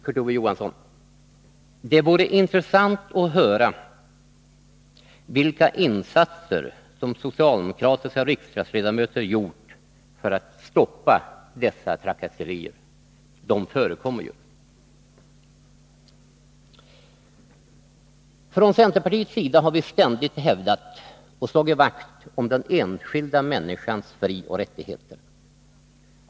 Kurt Ove Johansson, det vore intressant att höra vilka insatser som socialdemokratiska riksdagsledamöter gjort för att stoppa dessa trakasserier — de förekommer ju. Från centerpartiets sida har vi ständigt hävdat och slagit vakt om den enskilda människans frioch rättigheter.